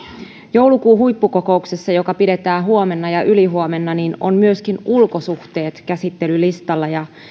joulukuun huippukokouksessa joka pidetään huomenna ja ylihuomenna ovat myöskin ulkosuhteet käsittelylistalla ja